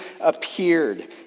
appeared